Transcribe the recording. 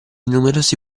numerosi